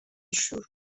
شعور